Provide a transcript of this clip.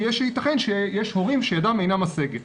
כי ייתכן שיש הורים שידם אינה משגת,